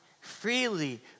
freely